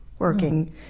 working